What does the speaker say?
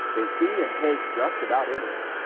they see and take just about anything.